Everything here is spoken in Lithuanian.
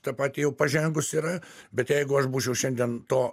ta pati jau pažengusi yra bet jeigu aš būčiau šiandien to